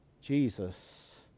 Jesus